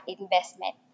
investment